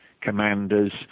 commanders